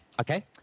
Okay